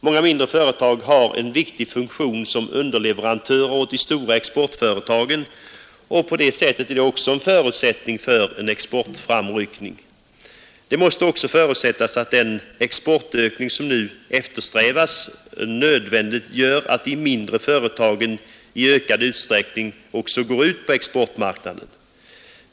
Många mindre företag har en viktig funktion som underleverantörer åt de stora exportföretagen och utgör på det sättet en förutsättning för en exportframryckning. Det måste också förutsättas att den exportökning som nu eftersträvas nödvändiggör att de mindre företagen i ökad utsträckning går ut på exportmarknaderna.